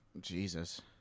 Jesus